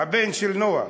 הבן של נח.